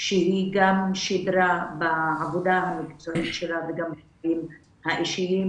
שהיא גם שידרה בעבודה המקצועית שלה וגם בחיים האישיים.